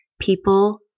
people